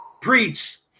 Preach